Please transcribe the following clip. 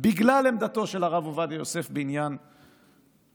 בגלל עמדתו של הרב עובדיה יוסף בעניין האתיופים.